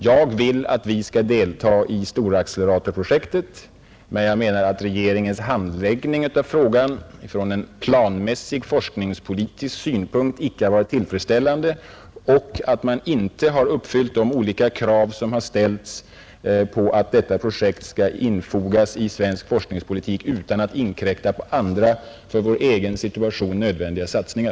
Jag vill att vi skall delta i storacceleratorprojektet, men jag menar att regeringens handläggning av frågan från en planmässig forskningspolitisk synpunkt inte har varit tillfredsställande och att man inte har uppfyllt de olika krav som har ställts på att detta projekt skall infogas i svensk forskningspolitik utan att inkräkta på andra för vår egen situation nödvändiga satsningar.